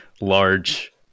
large